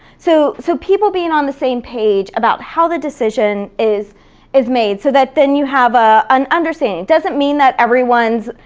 so so people being on the same page about how the decision is is made so that then you have ah a understanding. it doesn't mean that everyone's,